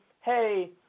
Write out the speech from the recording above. hey